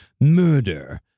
murder